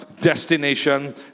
destination